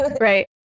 Right